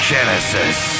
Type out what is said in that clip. Genesis